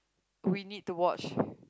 we need to watch